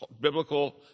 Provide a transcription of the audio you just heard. biblical